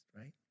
right